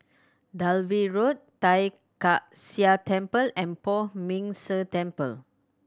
Dalvey Road Tai Kak Seah Temple and Poh Ming Tse Temple